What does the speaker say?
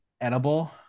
edible